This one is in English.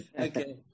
Okay